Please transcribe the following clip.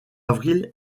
avril